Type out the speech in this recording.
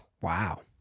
Wow